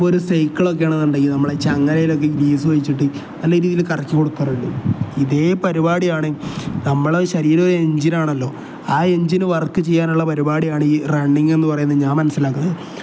ഇപ്പോൾ ഒരു സൈക്കിൾ ഒക്കെയാണെന്നുണ്ടെങ്കിൽ നമ്മളെ ചങ്ങലയിലൊക്കെ ഗലീസ് ഒഴിച്ചിട്ട് നല്ല രീതിയിൽ കറക്കി കൊടുക്കാറുണ്ട് ഇതേ പരിപാടിയാണ് നമ്മൾ ശരീരം ഒരു എഞ്ജിൻ ആണല്ലോ ആ എഞ്ചിന് വർക്ക് ചെയ്യാനുള്ള പരിപാടിയാണ് ഈ റണ്ണിങ് എന്ന് പറയുന്നത് ഞാൻ മനസ്സിലാക്കുന്നത്